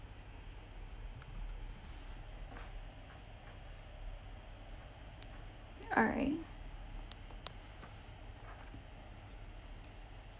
all right